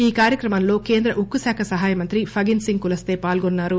ఈ కార్యక్రమంలో కేంద్ర ఉక్కు శాఖా సహాయ మంత్రి ఫగిన్ సింగ్ కులస్తే పాల్గొన్నారు